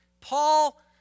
Paul